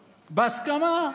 בהסכמה.